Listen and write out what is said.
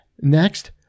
Next